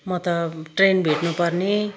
म त ट्रेन भेट्नु पर्ने